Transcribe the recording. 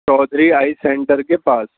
Chaudhry eye centre ک ے پاس